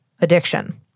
addiction